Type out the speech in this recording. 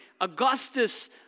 Augustus